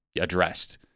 addressed